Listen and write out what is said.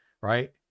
right